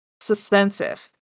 Suspensive